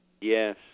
Yes